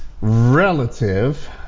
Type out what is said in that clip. relative